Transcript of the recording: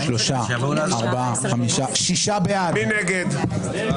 מי נגד?